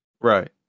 Right